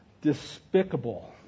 despicable